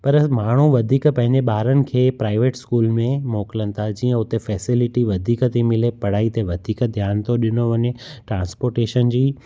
पर माण्हू वधीक पंहिंजे ॿारनि खे प्राइवेट स्कूल में मोकिलिनि था जीअं उते फैसिलिटी वधीक थी मिले पढ़ाई ते वधीक ध्यान थो ॾिनो वञे ट्रांस्पोर्टेशन जी